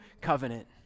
covenant